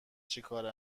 چیکاره